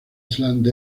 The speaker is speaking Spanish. island